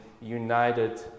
united